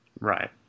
Right